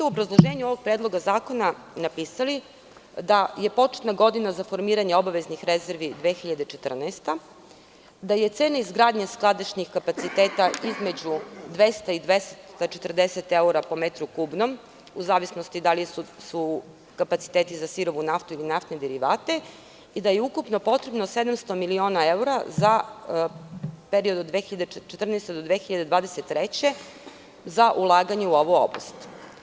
U obrazloženju ovog predloga zakona ste napisali da je početna godina za formiranje obaveznih rezervi 2014, da je cena izgradnje skladišnih kapaciteta između 200 i 240 evra po metru kubnom, u zavisnosti da li su kapaciteti za sirovu naftu ili naftne derivate, i da je ukupno potrebno 700 miliona evra za period od 2014. do 2023. godine za ulaganje u ovu oblast.